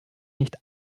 nicht